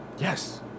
Yes